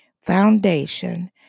Foundation